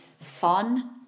fun